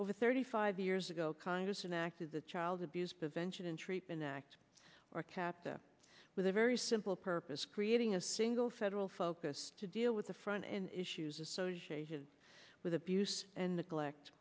over thirty five years ago congress an act of the child abuse prevention and treatment act or kept with a very simple purpose creating a single federal focus to deal with the front end issues associated with abuse and neglect